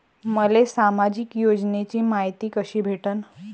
मले सामाजिक योजनेची मायती कशी भेटन?